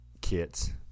kits